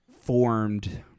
formed